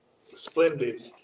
Splendid